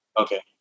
Okay